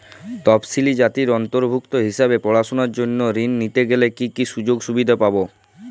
তফসিলি জাতির অন্তর্ভুক্ত হিসাবে পড়াশুনার জন্য ঋণ নিতে গেলে কী কী সুযোগ সুবিধে পাব?